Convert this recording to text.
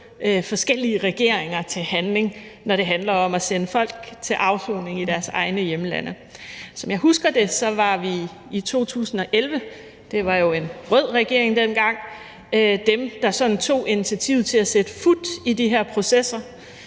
forskellige regeringer til handling, når det handler om at sende folk til afsoning i deres hjemlande. Som jeg husker det, var vi i 2011 – det var jo en rød regering dengang – dem, der sådan tog initiativet til at sætte fut i de her processer.